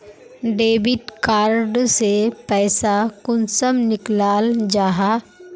Debit card से पैसा कुंसम निकलाल जाहा?